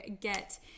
get